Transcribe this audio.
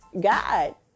God